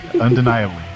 Undeniably